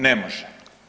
Ne može!